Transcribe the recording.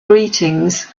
greetings